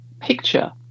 picture